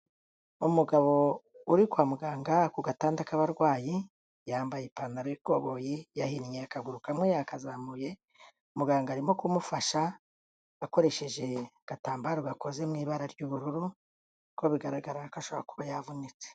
Umugabo uri kwa muganga ku gatanda k'abarwayi yambaye ipantara y'ikoboyi, yahinnye akaguru kamwe yakazamuye, muganga arimo kumufasha akoresheje agatambaro gakoze mu ibara ry'ubururu, kuko bigaragara ko ashobora kuba yavunitse.